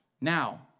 Now